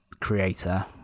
creator